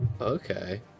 okay